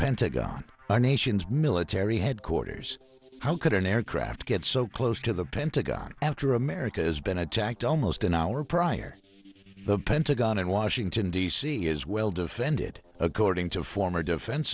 pentagon our nation's military headquarters how could an aircraft get so close to the pentagon after america has been attacked almost an hour prior use the pentagon in washington d c as well defended according to former defense